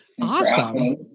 Awesome